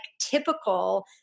typical